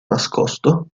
nascosto